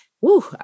Woo